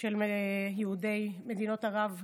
של יהודי מדינות ערב ואיראן.